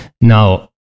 Now